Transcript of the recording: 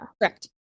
Correct